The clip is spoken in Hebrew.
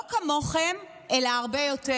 לא כמוכם אלא הרבה יותר,